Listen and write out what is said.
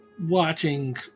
watching